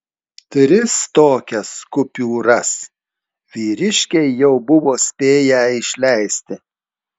tris tokias kupiūras vyriškiai jau buvo spėję išleisti